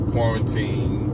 Quarantine